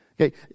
Okay